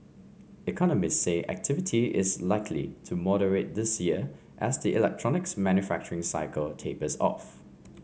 economists say activity is likely to moderate this year as the electronics manufacturing cycle tapers off